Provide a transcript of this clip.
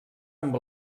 amb